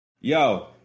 Yo